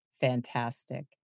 fantastic